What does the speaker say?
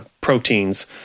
proteins